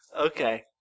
Okay